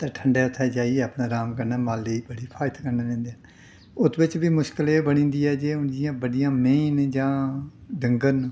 ते ठंडै उत्थै जाइयै अपने अराम कन्नै माल्लै गी बड़ी फ्हाजत कन्नै लेंदे उत्त बिच्च बी मुश्कल एह् बनी जंदी ऐ के हून बड्डियां मैंही न जां डंगर न